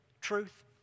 truth